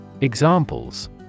Examples